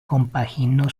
compaginó